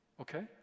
okay